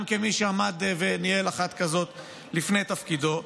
גם כמי שעמד וניהל אחת כזאת לפני תפקידו,